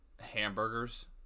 hamburgers